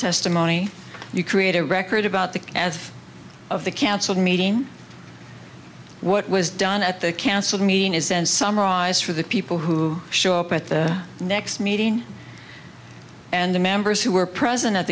testimony you create a record about the as of the council meeting what was done at the council meeting is and summarized for the people who show up at the next meeting and the members who were present at